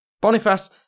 Boniface